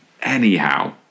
Anyhow